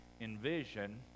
envision